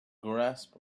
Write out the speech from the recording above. grasp